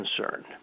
concerned